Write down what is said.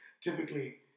typically